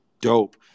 dope